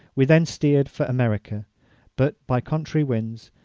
we then steered for america but, by contrary winds,